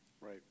Right